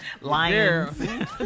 lions